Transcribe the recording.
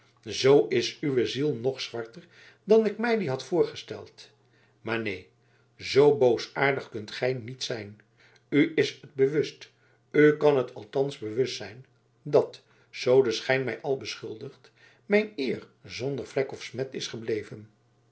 zoo is uwe ziel nog zwarter dan ik mij die had voorgesteld maar neen zoo boosaardig kunt gij niet zijn u is het bewust u kan het althans bewust zijn dat zoo de schijn mij al beschuldigt mijn eer zonder vlek of smet is gebleven